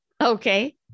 okay